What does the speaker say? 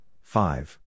five